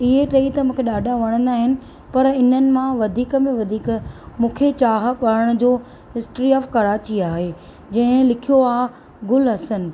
इहे टेई त मूंखे ॾाढा वणंदा आहिनि पर हिननि मां वधीक में वधीक मूंखे चाह पढ़ण जो हिस्ट्री ऑफ़ आहे जे लिखियो आहे गुलहसन